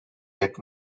get